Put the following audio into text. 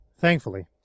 Thankfully